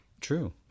True